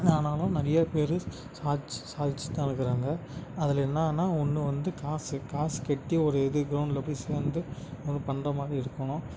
என்ன ஆனாலும் நிறையா பேர் சாட்சி சாட்சி துலக்குறாங்க அதில் என்னென்னா ஒன்று வந்து காசு காசு கட்டி ஒரு இது க்ரௌண்ட்டில் போய் சேர்ந்து பண்ணுற மாதிரி இருக்கணும்